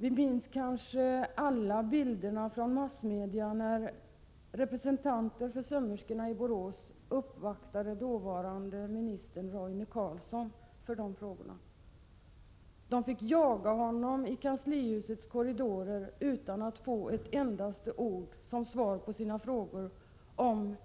Vi minns kanske alla bilderna från massmedia när represantanter för sömmerskorna i Borås uppvaktade dåvarande biträdande industriminister Roine Carlsson. De fick jaga honom i kanslihusets korridorer utan att få ett endaste ord som svar på sina frågor om